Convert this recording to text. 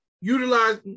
utilize